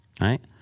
right